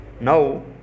Now